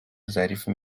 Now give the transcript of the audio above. ظریفی